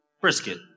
brisket